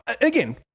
again